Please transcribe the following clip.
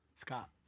Scott